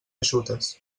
eixutes